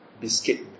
biscuit